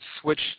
switch